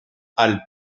alpes